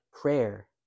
prayer